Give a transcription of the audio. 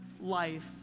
life